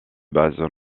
bases